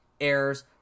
errors